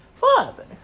Father